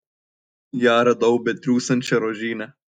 ją radau betriūsiančią rožyne